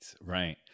right